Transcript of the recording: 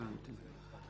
הבנתי.